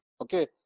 Okay